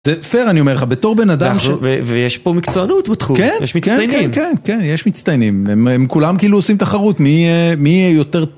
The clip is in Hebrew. זה פייר אני אומר לך, בתור בן אדם... ויש פה מקצוענות בתחום, יש מצטיינים. כן, כן, כן, יש מצטיינים. הם כולם כאילו עושים תחרות. מי יותר...